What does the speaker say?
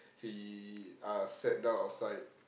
he uh sat down outside